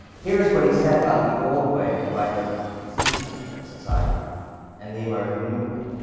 here is what he said about the old way that writers were conceived of in the society and the emerging new way.